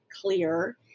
clear